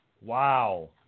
Wow